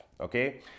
Okay